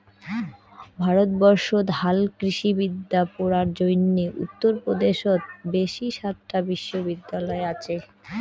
ভারতবর্ষত হালকৃষিবিদ্যা পড়ার জইন্যে উত্তর পদেশত বেশি সাতটা বিশ্ববিদ্যালয় আচে